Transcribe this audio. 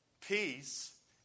peace